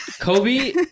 Kobe